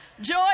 Joy